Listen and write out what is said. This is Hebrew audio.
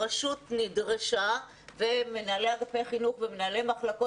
הרשות נדרשה ומנהלי אגפי החינוך ומנהלי מחלקות